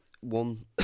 One